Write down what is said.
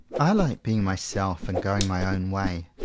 i like being myself and going my own way,